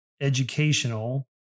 educational